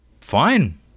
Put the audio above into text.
fine